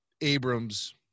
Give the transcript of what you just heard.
Abrams